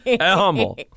humble